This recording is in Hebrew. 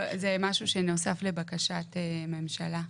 זה משהו שנוסף לבקשת ממשלה.